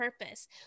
purpose